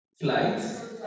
flights